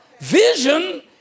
Vision